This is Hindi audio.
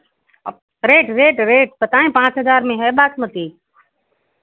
रेट रेट रेट बताएँ पाँच हज़ार में है बासमती